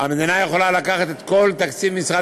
המדינה יכולה לקחת את כל תקציב משרד